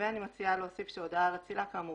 ואני מציעה להוסיף שהודעה על אצילה כאמור